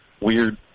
weird